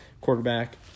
quarterback